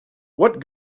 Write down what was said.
what